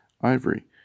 ivory